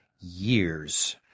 years